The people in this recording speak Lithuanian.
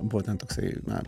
buvo ten toksai na